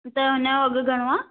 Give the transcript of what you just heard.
त हुन जो अघु घणो आहे